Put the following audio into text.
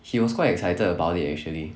he was quite excited about it actually